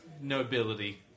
nobility